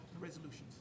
Resolutions